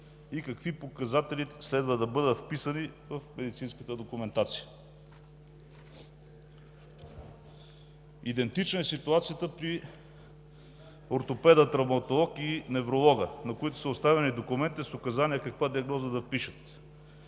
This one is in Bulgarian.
и какви показатели следва да бъдат вписани в медицинската документация. Идентична е ситуацията при ортопеда-травматолог и невролога, на които са оставени документи с указания каква диагноза да пишат.